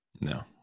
No